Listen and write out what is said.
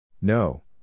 No